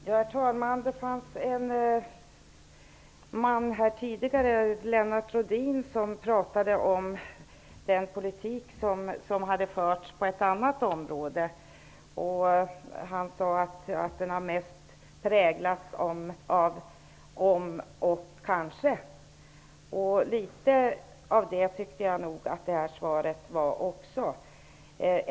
Herr talman! Lennart Rohdin talade här tidigare om en politik som hade förts på ett annat område. Han sade att den mest hade präglats av ''om'' och ''kanske''. Jag tycker att också Alf Svensson svar hade litet av samma prägel.